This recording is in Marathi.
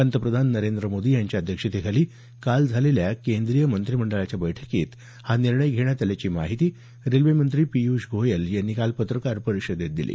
पंतप्रधान नरेंद्र मोदी यांच्या अध्यक्षतेखाली काल झालेल्या केंद्रीय मंत्रिमंडळाच्या बैठकीत हा निर्णय घेण्यात आल्याची माहिती रेल्वे मंत्री पियूष गोयल यांनी काल पत्रकार परिषदेत दिली